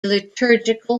liturgical